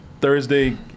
Thursday